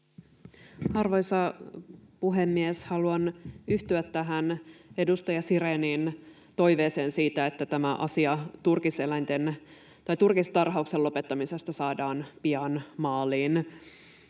Arvoisa puhemies! Haluan yhtyä tähän edustaja Sirénin toiveeseen siitä, että tämä asia, turkistarhauksen lopettaminen, saadaan pian maaliin.